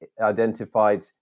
identified